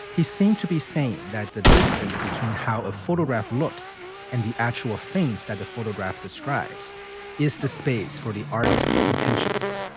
he seemed to be saying that the distance between how a photograph looks and the actual things that the photograph describes is the space for the artist's intentions